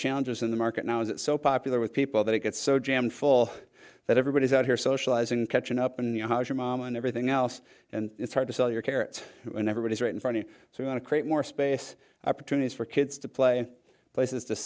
challenges in the market now is so popular with people that it gets so jammed full that everybody's out here socializing and catching up and you know how your mom and everything else and it's hard to sell your carrots when everybody's right in front of so you want to create more space opportunities for kids to play in places to